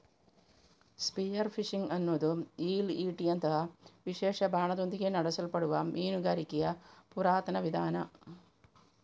spear fishing ಅನ್ನುದು ಈಲ್ ಈಟಿಯಂತಹ ವಿಶೇಷ ಬಾಣದೊಂದಿಗೆ ನಡೆಸಲ್ಪಡುವ ಮೀನುಗಾರಿಕೆಯ ಪುರಾತನ ವಿಧಾನ